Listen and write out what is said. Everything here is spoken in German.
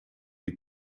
die